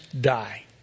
die